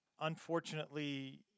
Unfortunately